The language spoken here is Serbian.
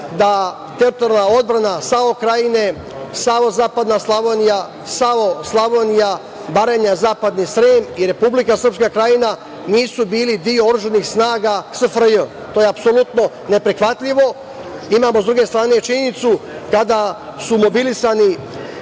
da teritorijalna odbrana SAO Krajine, SAO zapadna Slavonija, SAO Slavonija, Baranja, zapadni Srem i Republika Srpska Krajina nisu bili deo oružanih snaga SFRJ. To je apsolutno neprihvatljivo. Imamo, s druge strane, činjenicu, kada su mobilisani